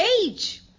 age